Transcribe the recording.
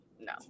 no